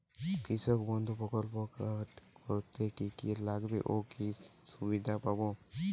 কৃষক বন্ধু প্রকল্প কার্ড করতে কি কি লাগবে ও কি সুবিধা পাব?